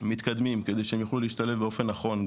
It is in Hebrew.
מתקדמים כדי שיוכלו להשתלב באופן נכון.